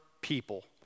people